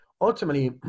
ultimately